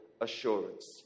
assurance